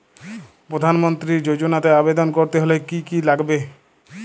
প্রধান মন্ত্রী যোজনাতে আবেদন করতে হলে কি কী লাগবে?